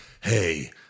hey